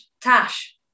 Tash